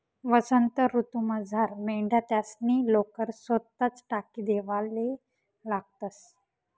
वसंत ऋतूमझार मेंढ्या त्यासनी लोकर सोताच टाकी देवाले लागतंस